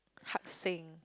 hard saying